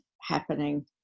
happening